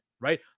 right